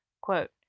Quote